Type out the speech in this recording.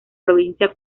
provincia